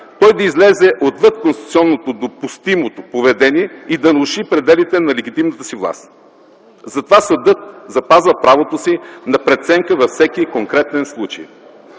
той да излезе отвъд конституционно допустимото поведение и да наруши пределите на легитимната си власт, затова съдът запазва правото си на преценка във всеки конкретен случай.